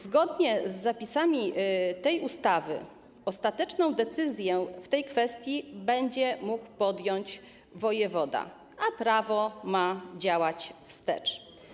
Zgodnie z zapisami tej ustawy ostateczną decyzję w tej kwestii będzie mógł podjąć wojewoda, a prawo ma działać wstecz.